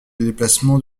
déplacements